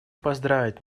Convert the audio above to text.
поздравить